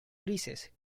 grises